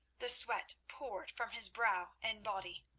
the sweat poured from his brow and body.